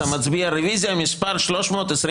פה אתה מצביע על רוויזיה מס' 322